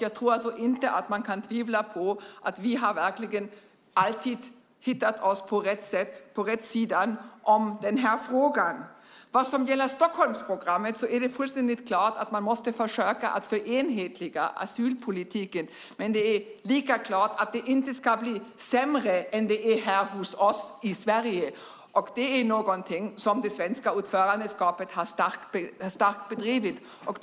Jag tror alltså inte att man kan tvivla på att vi verkligen alltid har befunnit oss på rätt sida i den här frågan. Vad gäller Stockholmsprogrammet är det fullständigt klart att man måste försöka att få enhetlighet i asylpolitiken, men det är lika klart att det inte ska bli sämre än det är här hos oss i Sverige. Det är någonting som det svenska ordförandeskapet har drivit starkt.